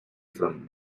from